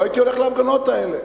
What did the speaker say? לא הייתי הולך להפגנות האלה.